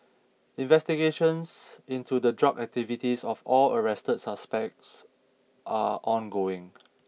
investigations into the drug activities of all arrested suspects are ongoing